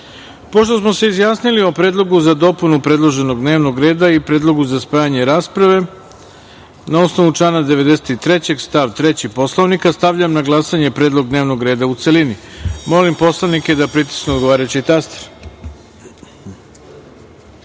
smo se izjasnili o predlogu za dopunu predloženog dnevnog reda i predlogu za spajanje rasprave, na osnovu člana 93. stav 3. Poslovnika, stavljam na glasanje predlog dnevnog reda u celini. Molim poslanike da pritisnu odgovarajući